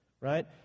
right